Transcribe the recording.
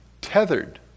tethered